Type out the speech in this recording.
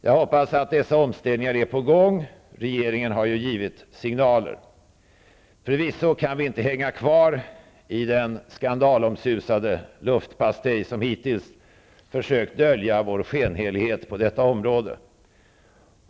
Jag hoppas att dessa omställningar är på gång. Regeringen har ju givit signaler. Förvisso kan vi inte hänga kvar i den skandalomsusade luftpastej som hittills försökt dölja vår skenhelighet på detta område.